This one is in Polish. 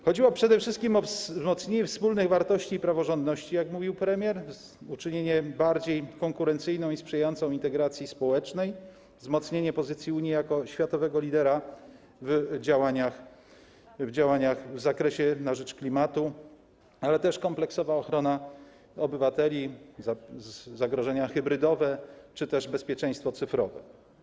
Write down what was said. Chodziło przede wszystkim o wzmocnienie wspólnej wartości i praworządności, jak mówił premier, uczynienie Unii bardziej konkurencyjną i sprzyjającą integracji społecznej, wzmocnienie pozycji Unii jako światowego lidera w działaniach na rzecz klimatu, ale ważna też była kompleksowa ochrona obywateli, zagrożenia hybrydowe czy też bezpieczeństwo cyfrowe.